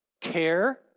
care